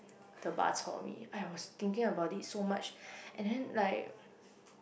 the bus on I was thinking about it so much and then like